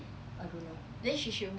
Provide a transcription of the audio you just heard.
I don't know